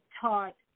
taught